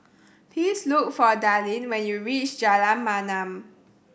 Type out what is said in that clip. please look for Dallin when you reach Jalan Mamam